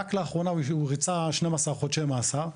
רק לאחרונה הוא ריצה 12 חודשי מאסר,